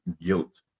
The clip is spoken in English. guilt